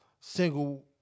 single